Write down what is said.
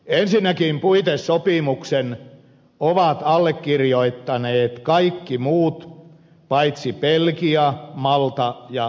ensinnäkin puitesopimuksen ovat allekirjoittaneet kaikki muut paitsi belgia malta ja slovakia